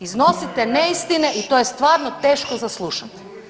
Iznosite neistine i to je stvarno teško za slušati.